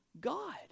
God